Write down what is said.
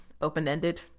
Open-ended